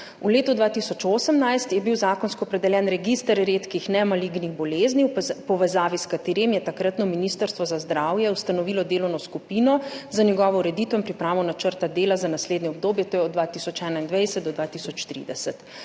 V letu 2018 je bil zakonsko opredeljen register redkih nemalignih bolezni, v povezavi s katerim je takratno ministrstvo za zdravje ustanovilo delovno skupino za njegovo ureditev in pripravo načrt dela za naslednje obdobje, to je od 2021 do 2030.